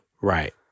Right